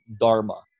Dharma